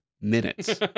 minutes